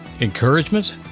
Encouragement